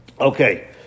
Okay